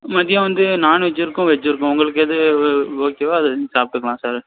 மதியம் வந்து நான்வெஜ் இருக்கும் வெஜ் இருக்கும் உங்களுக்கு எது வே ஓகேவோ அதை ரெண்டு சாப்பிட்டுக்கலாம் சார்